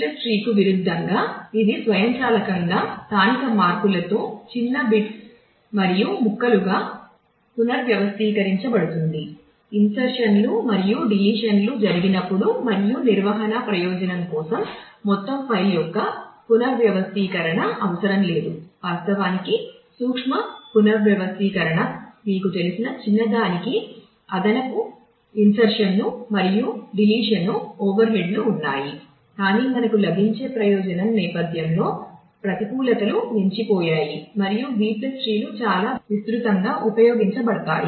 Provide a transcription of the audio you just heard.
B tree కు విరుద్ధంగా ఇది స్వయంచాలకంగా స్థానిక మార్పులతో చిన్న బిట్స్ చాలా విస్తృతంగా ఉపయోగించబడతాయి